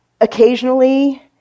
occasionally